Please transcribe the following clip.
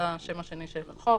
זה השם השני של החוק,